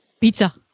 Pizza